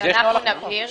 שאנחנו נבהיר.